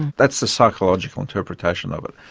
that's the psychological interpretation of it.